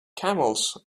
camels